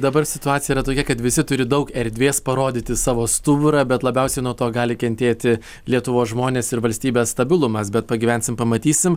dabar situacija yra tokia kad visi turi daug erdvės parodyti savo stuburą bet labiausiai nuo to gali kentėti lietuvos žmonės ir valstybės stabilumas bet pagyvensim pamatysim